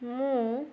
ମୁଁ